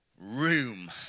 room